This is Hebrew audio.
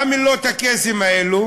מה מילות הקסם האלה?